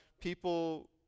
people